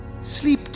Sleep